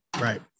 Right